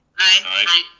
aye.